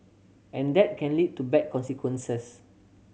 and that can lead to bad consequences